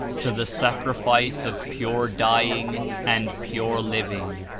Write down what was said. to the sacrifice of pure dying and pure living,